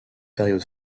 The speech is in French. période